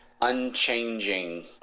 unchanging